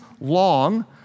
long